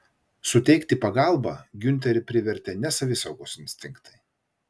suteikti pagalbą giunterį privertė ne savisaugos instinktai